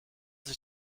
sich